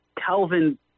Calvin